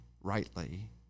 rightly